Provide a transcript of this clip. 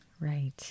Right